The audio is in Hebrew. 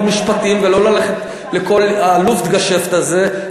משפטים ולא ללכת לכל ה"לופט געשעפט" הזה.